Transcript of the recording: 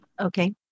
Okay